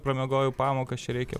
pramiegojau pamokas čia reikia